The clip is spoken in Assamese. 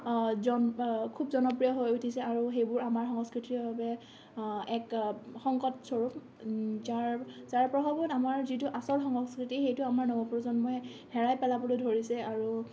জন খুব জনপ্ৰিয় হৈ উঠিছে আৰু সেইবোৰ আমাৰ সংস্কৃতিৰ বাবে এক সংকট স্বৰূপ যাৰ যাৰ প্ৰভাৱত আমাৰ যিটো আচল সংস্কৃতি সেইটো আমাৰ নৱপ্ৰজন্মই হেৰাই পেলাবলৈ ধৰিছে আৰু